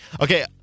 Okay